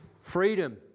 freedom